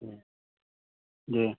जी